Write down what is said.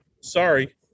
Sorry